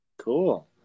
cool